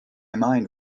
mind